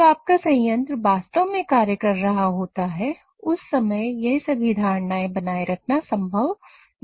जब आपका संयंत्र वास्तव में कार्य कर रहा होता है उस समय यह सभी धारणाएं बनाए रखना हमेशा संभव नहीं है